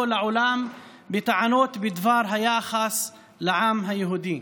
לעולם בטענות בדבר היחס לעם היהודי.